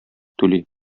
түли